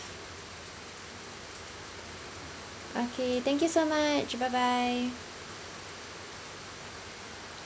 okay thank you so much bye bye